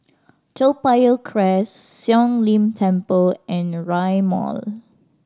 Toa Payoh Crest Siong Lim Temple and Rail Mall